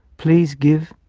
please give.